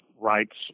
rights